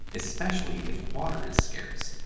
especially if water is scarce.